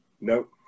nope